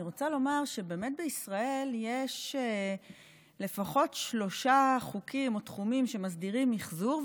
אני רוצה לומר שבישראל יש לפחות שלושה חוקים או תחומים שמסדירים מחזור,